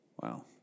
Wow